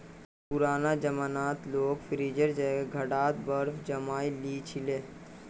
पुराना जमानात लोग फ्रिजेर जगह घड़ा त बर्फ जमइ ली छि ले